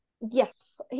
yes